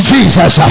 Jesus